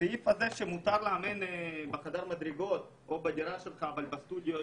הסעיף הזה שמותר לאמן בחדר מדרגות או בדירה שלך אבל לא בסטודיו,